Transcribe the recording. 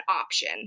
option